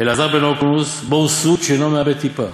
אליעזר בן הרקנוס, בור סוד שאינו מאבד טיפה.